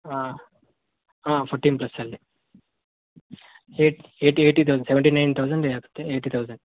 ಹಾಂ ಹಾಂ ಪೋಟೀನ್ ಪ್ಲೇಸಲ್ಲಿ ಏಟ್ ಏಟಿ ಒಂದು ಸೆವೆಂಟಿ ನೈನ್ ತೌಸಂಡ್ ಇರುತ್ತೆ ಏಯ್ಟಿ ತೌಸಂಡ್